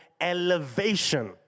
elevation